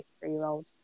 three-year-old